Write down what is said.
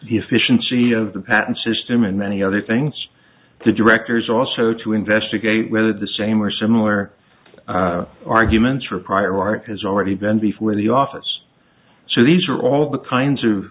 the efficiency of the patent system and many other things the directors also to investigate whether the same or similar arguments for prior art has already been before the office so these are all the kinds of